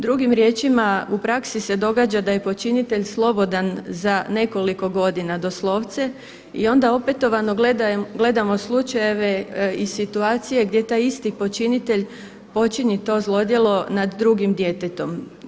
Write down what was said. Drugim riječima u praksi se događa da je počinitelj slobodan za nekoliko godina doslovce i onda opetovano gledamo slučajeve i situacije gdje taj isti počinitelj počini to zlodjelo nad drugim djetetom.